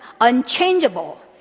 unchangeable